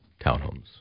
townhomes